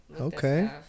Okay